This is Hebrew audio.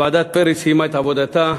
ועדת פרי סיימה את עבודתה,